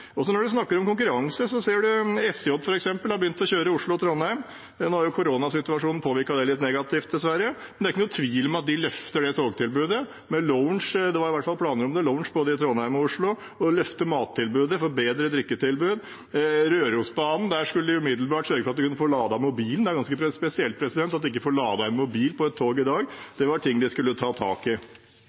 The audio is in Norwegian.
Når vi snakker om konkurranse, ser vi f.eks. at SJ har begynt å kjøre Oslo–Trondheim. Nå har koronasituasjonen påvirket det litt negativt, dessverre, men det er ikke noen tvil om at de løfter det togtilbudet, med lounge – det var i hvert fall planer om lounge både i Trondheim og Oslo. Og de vil løfte mattilbudet og gi et bedre drikketilbud. På Rørosbanen skulle de umiddelbart sørge for at man kunne få ladet mobilen. Det er ganske spesielt at man ikke får ladet en mobil på et tog i dag. Det var ting de skulle ta tak i.